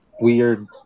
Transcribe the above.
weird